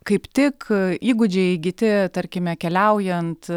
kaip tik įgūdžiai įgyti tarkime keliaujant